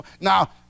now